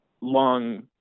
long